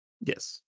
Yes